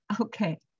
okay